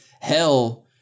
hell